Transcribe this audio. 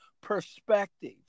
perspective